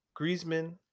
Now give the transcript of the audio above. Griezmann